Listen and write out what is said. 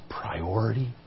priority